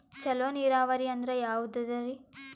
ಚಲೋ ನೀರಾವರಿ ಅಂದ್ರ ಯಾವದದರಿ?